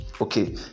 okay